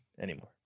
anymore